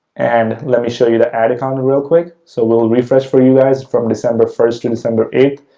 and let me show you the ad account real quick. so, we'll refresh for you guys, from december first to december eighth,